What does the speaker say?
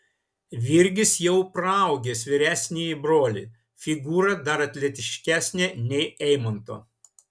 virgis jau praaugęs vyresnįjį brolį figūra dar atletiškesnė nei eimanto